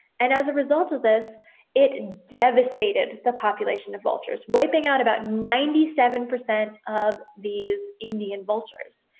and as a result of this it and devastated the population of vultures. wiping out about ninety seven percent of these indian vultures.